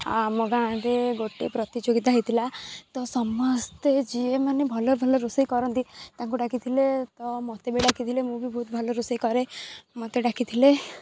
ଆମ ଗାଁରେ ଗୋଟେ ପ୍ରତିଯୋଗିତା ହେଇଥିଲା ତ ସମସ୍ତେ ଯିଏ ମାନେ ଭଲ ଭଲ ରୋଷେଇ କରନ୍ତି ତାଙ୍କୁ ଡାକିଥିଲେ ତ ମୋତେ ବି ଡାକିଥିଲେ ମୁଁ ବି ବହୁତ ଭଲ ରୋଷେଇ କରେ ମୋତେ ଡାକିଥିଲେ